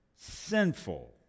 Sinful